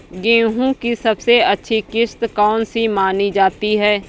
गेहूँ की सबसे अच्छी किश्त कौन सी मानी जाती है?